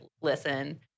listen